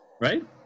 right